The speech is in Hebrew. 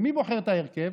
ומי בוחר את ההרכב?